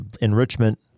enrichment